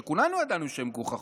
שכולנו ידענו שהן מגוחכות.